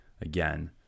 again